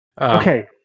Okay